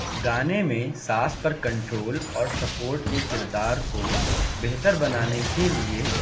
گانے میں سانس پر کنٹرول اور سپورٹ کے کردار کو بہتر بنانے کے لیے